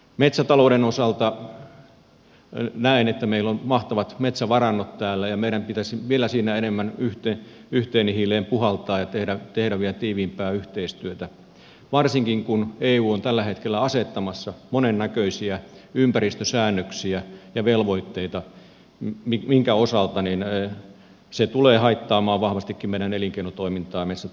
metsätalouden osalta näen että meillä on mahtavat metsävarannot täällä ja meidän pitäisi siinä vielä enemmän yhteen hiileen puhaltaa ja tehdä vielä tiiviimpää yhteistyötä varsinkin kun eu on tällä hetkellä asettamassa monennäköisiä ympäristösäännöksiä ja velvoitteita minkä osalta se tulee haittaamaan vahvastikin meidän elinkeinotoimintaa ja metsätalouden toimintaa